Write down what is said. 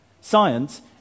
Science